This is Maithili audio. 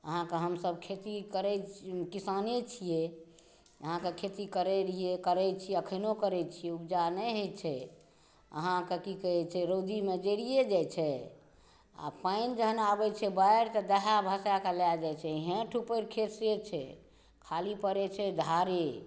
अहाँके हमसभ खेती करैत किसाने छियै अहाँके खेती करैत रहियै करैत छियै अखनहु करैत छियै उपजा नहि होइत छै अहाँकेँ की कहैत छै रौदीमे जड़िये जाइत छै आ पानि जहन आबैत छै बाढ़ि तऽ दहाए भसाए कऽ लए जाइत छै हेँठ ऊपर खेत से छै खाली पड़ैत छै धारे